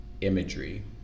imagery